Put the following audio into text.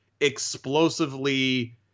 explosively